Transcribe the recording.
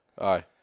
Aye